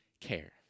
care